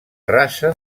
raça